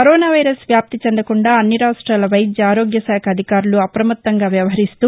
corona virus వ్యాప్తి చెందకుండా అన్ని రాఫ్టిల వైద్య ఆరోగ్య శాఖ అధికారులు అప్రమత్తంగా వ్యవహరిస్తూ